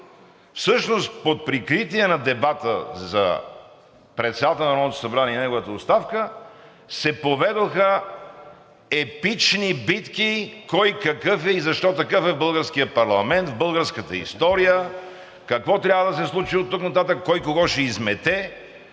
Всъщност под прикритие на дебата за председателя на Народното събрание и неговата оставка се поведоха епични битки кой какъв е и защо такъв е в българския парламент, в българската история, какво трябва да се случи оттук нататък, кой кого ще измете.